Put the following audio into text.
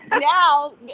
now